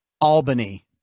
Albany